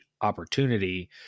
opportunity